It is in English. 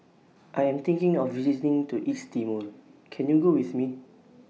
I Am thinking of visiting to East Timor Can YOU Go with Me